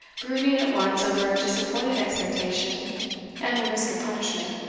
brooding at once over disappointed expectation and the risk of punishment